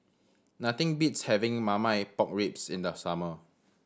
nothing beats having Marmite Pork Ribs in the summer